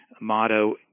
motto